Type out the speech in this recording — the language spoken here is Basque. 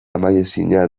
amaiezina